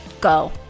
go